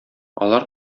алар